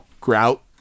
grout